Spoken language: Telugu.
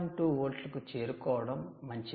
2 వోల్ట్లకు చేరుకోవడం మంచిది